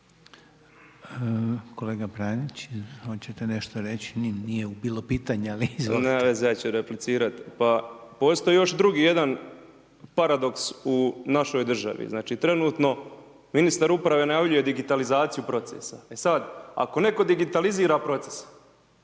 Kolega Pranić, hoćete nešto reći? Nije bilo pitanje, ali izvolite. **Pranić, Ante (NLM)** Nema veze, ja ću replicirati. Pa postoji još drugi jedan paradoks u našoj državi. Znači trenutno ministar uprave najavljuje digitalizaciju procesa. E sad, ako netko digitalizira proces,